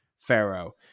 pharaoh